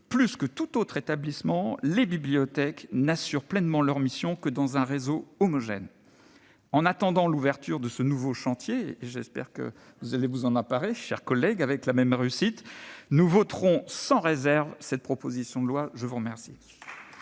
plus que tout autre établissement, les bibliothèques n'assurent pleinement leurs missions que dans un réseau homogène. En attendant l'ouverture de ce nouveau chantier- j'espère que vous allez vous en emparer, madame la rapporteure, avec la même réussite -, nous voterons sans réserve cette proposition de loi. La parole